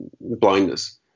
blindness